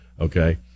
okay